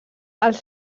els